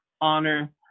honor